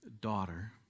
daughter